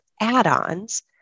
add-ons